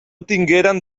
tingueren